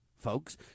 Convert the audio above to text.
folks